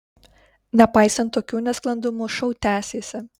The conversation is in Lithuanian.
nepaisant tokių nesklandumų šou tęsėsi